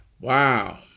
Wow